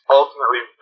ultimately